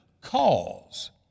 cause